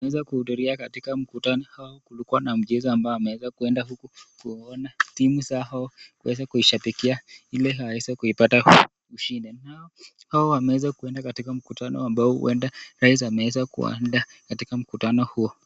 Ameweza kuhudhuria katika mkutano hao kulikua na miujiza ameweza kuenda huku kuona timu zao kuweza kuishabikia ili waweze kuipata ushindi. Hao wameweza kuenda katika mkutano ambao huenda rais ameweza kuandaa katika mkutano huo.